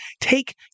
take